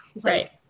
right